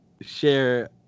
share